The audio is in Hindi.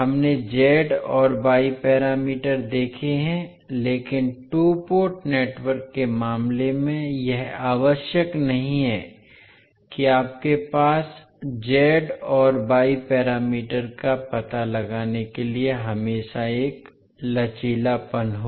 हमने z और y पैरामीटर देखे हैं लेकिन टू पोर्ट नेटवर्क के मामले में यह आवश्यक नहीं है कि आपके पास z और y पैरामीटर का पता लगाने के लिए हमेशा एक लचीलापन हो